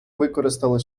використали